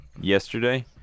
yesterday